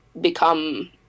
become –